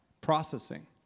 processing